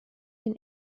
den